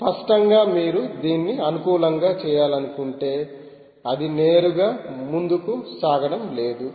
స్పష్టంగా మీరు దీన్ని అనుకూలంగా చేయాలనుకుంటే అది నేరుగా ముందుకు సాగడం లేదు